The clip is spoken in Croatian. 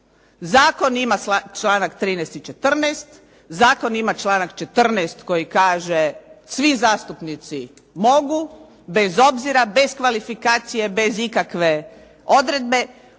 Zakon ima članak 13. i 14., zakon ima članak 14. koji kaže svi zastupnici mogu bez obzira, bez kvalifikacije, bez ikakve odredbe